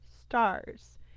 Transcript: stars